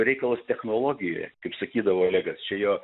reikalas technologijoje kaip sakydavo olegas čia jo